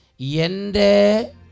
Yende